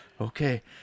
okay